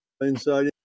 Inside